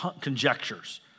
conjectures